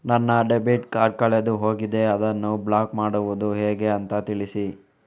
ನನ್ನ debit card ಕಳೆದು ಹೋಗಿದೆ, ಅದನ್ನು ಬ್ಲಾಕ್ ಮಾಡುವುದು ಹೇಗೆ ಅಂತ ತಿಳಿಸಿ?